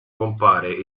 compare